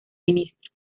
ministro